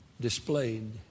displayed